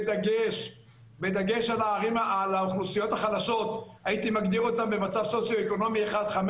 בדגש על האוכלוסיות החלשות שהייתי מגדיר אותן במצב סוציו-אקונומי 1:5